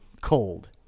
cold